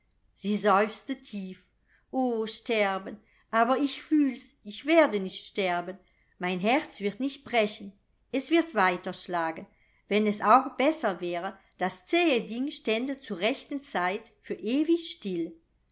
sie seufzte tief o sterben aber ich fühl's ich werde nicht sterben mein herz wird nicht brechen es wird weiter schlagen wenn es auch besser wäre das zähe ding stände zur rechten zeit für ewig still